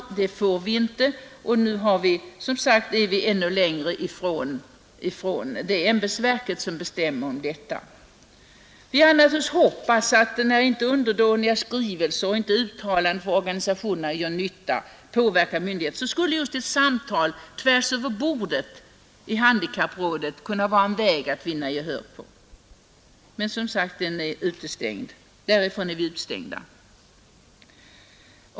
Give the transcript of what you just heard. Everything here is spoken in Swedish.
Men det får de inte. Nu befinner vi oss som sagt ännu längre från det ämbetsverk, som bestämmer om detta. När inte underdåniga skrivelser och uttalanden från organisationerna gör nytta och påverkar myndigheterna, trodde vi naturligtvis att ett samtal tvärs över bordet i handikapprådet skulle kunna vara en väg att vinna gehör på. Men, som sagt, därifrån är vi utestängda.